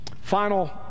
Final